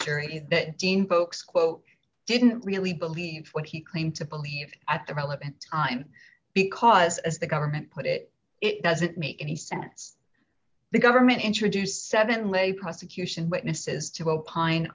jury that folks quote didn't really believe what he claimed to believe at the relevant i'm because as the government put it it doesn't make any sense the government introduced seven lay prosecution witnesses to opine